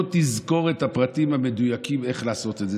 לא תזכור את הפרטים המדויקים איך לעשות את זה.